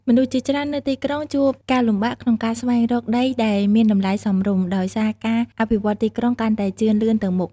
មនុស្សជាច្រើននៅទីក្រុង ជួបការលំបាកក្នុងការស្វែងរកដីដែលមានតម្លៃសមរម្យ ដោយសារការអភិវឌ្ឍទីក្រុងកាន់តែជឿនលឿនទៅមុខ។